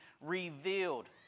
revealed